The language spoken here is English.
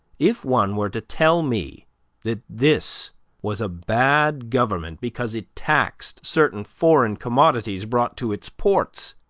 if one were to tell me that this was a bad government because it taxed certain foreign commodities brought to its ports,